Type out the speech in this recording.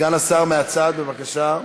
סגן השר, מהצד, בבקשה.